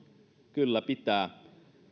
kyllä pitää ja